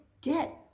get